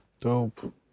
dope